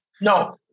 No